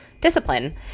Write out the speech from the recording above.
discipline